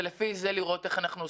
ולפי זה לראות איך אנחנו עושים.